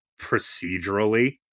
procedurally